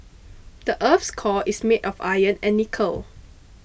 the earth's core is made of iron and nickel